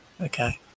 Okay